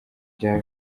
byaba